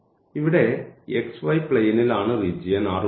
ഇവിടെ xy പ്ലെയിനിലാണ് region R ഉള്ളത്